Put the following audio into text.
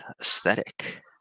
aesthetic